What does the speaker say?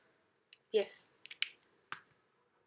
yes